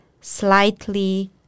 slightly